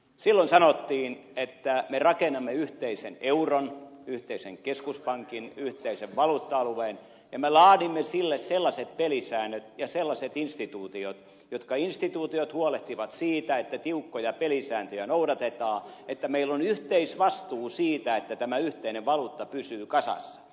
silloin sanottiin että me rakennamme yhteisen euron yhteisen keskuspankin yhteisen valuutta alueen ja me laadimme sille sellaiset pelisäännöt ja sellaiset instituutiot jotka instituutiot huolehtivat siitä että tiukkoja pelisääntöjä noudatetaan että meillä on yhteisvastuu siitä että tämä yhteinen valuutta pysyy kasassa